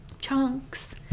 chunks